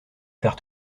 faire